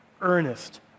earnest